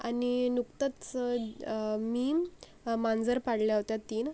आणि नुकतंच मीन मांजर पाळल्या होत्या तीन